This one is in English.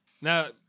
Now